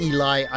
Eli